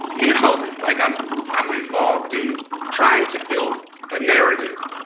you know like i'm i'm involved in trying to build ah narrative.